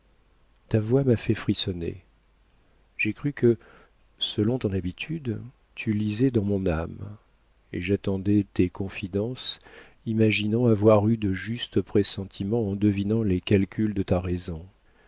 ta voix m'a fait frissonner j'ai cru que selon ton habitude tu lisais dans mon âme et j'attendais tes confidences imaginant avoir eu de justes pressentiments en devinant les calculs de ta raison